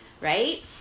right